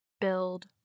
build